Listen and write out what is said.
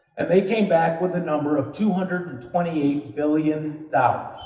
and they came back with a number of two hundred and twenty eight billion